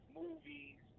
movies